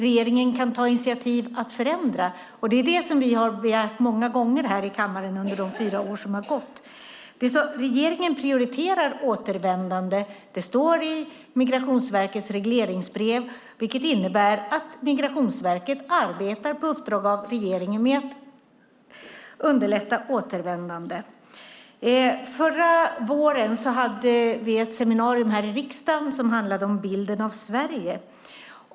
Regeringen kan ta initiativ till att förändra, och det är det som vi många gånger har begärt här i kammaren under de fyra år som har gått. Regeringen prioriterar återvändande. Det står i Migrationsverkets regleringsbrev, vilket innebär att Migrationsverket arbetar på uppdrag av regeringen med att underlätta återvändande. Förra våren hade vi ett seminarium här i riksdagen som handlade om bilden av Sverige.